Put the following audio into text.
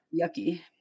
yucky